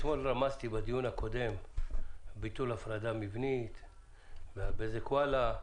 בדיון שהתקיים אתמול למדתי על ביטול הפרדה מבנית ועל בזק וואלה.